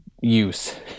use